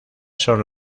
son